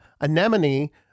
anemone